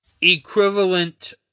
equivalent